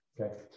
Okay